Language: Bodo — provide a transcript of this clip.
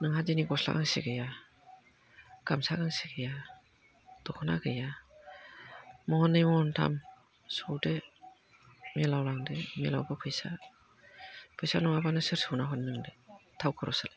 नोंहा दिनै गस्ला गांसे गैया गामसा गांसे गैया दखना गैया महननै महनथाम सौदो मिलाव लांदो मिलावबो फैसा फैसा नङाबालाय सोर सौना हरनो नोंनोलाय थावनि खरसालाय